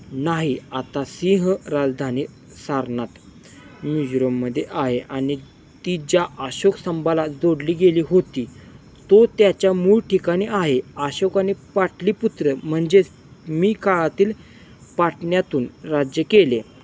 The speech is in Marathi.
नाही आता सिंह राजधानी सारनाथ मिझोरममध्ये आहे आणि ती ज्या अशोक स्तंभाला जोडली गेली होती तो त्याच्या मूळ ठिकाणी आहे अशोकाने पाटलीपुत्र म्हणजेच मी काळातील पाटण्यातून राज्य केले